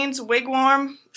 Wigwam